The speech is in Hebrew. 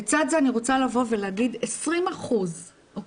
לצד זה אני רוצה לבוא ולהיגד, 20% מה-57%